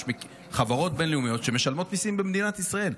יש חברות בין-לאומיות שמשלמות מיסים במדינת ישראל.